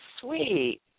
sweet